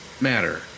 matter